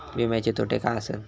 विमाचे तोटे काय आसत?